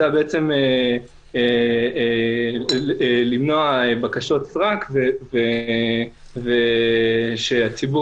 היא נועדה למנוע בקשות סרק ושציבור